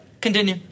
Continue